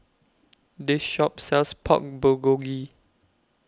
This Shop sells Pork Bulgogi